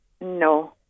No